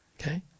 okay